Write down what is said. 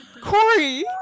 Corey